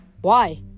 Why